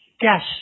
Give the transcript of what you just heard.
cash